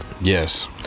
yes